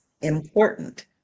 important